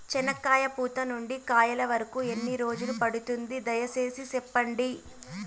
చెనక్కాయ పూత నుండి కాయల వరకు ఎన్ని రోజులు పడుతుంది? దయ సేసి చెప్పండి?